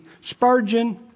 Spurgeon